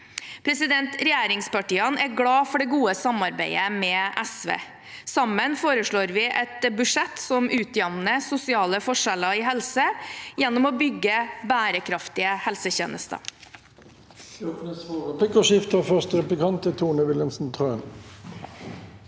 seks år. Regjeringspartiene er glad for det gode samarbeidet med SV. Sammen foreslår vi et budsjett som utjevner sosiale forskjeller i helse gjennom å bygge bærekraftige helsetjenester.